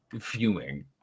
fuming